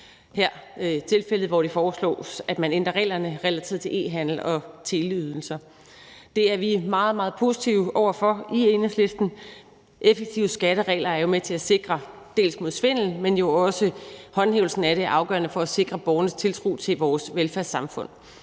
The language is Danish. skatteregler, og her foreslås det at ændre reglerne i forhold til e-handel og teleydelser. Det er vi meget, meget positive over for i Enhedslisten. Effektive skatteregler er jo med til at sikre os mod svindel, men håndhævelsen af dem er jo også afgørende for at sikre borgernes tiltro til vores velfærdssamfund.